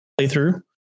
Playthrough